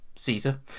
Caesar